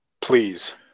Please